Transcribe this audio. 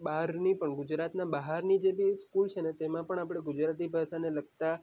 બહારની પણ ગુજરાતના બહારની જે સ્કૂલ છે ને તેમાં પણ આપણે ગુજરાતી ભાષાને લગતા